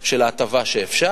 ההטבה שאפשר,